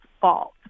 fault